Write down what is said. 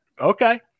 okay